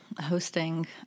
hosting